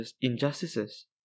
injustices